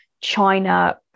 China